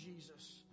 Jesus